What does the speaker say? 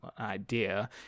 idea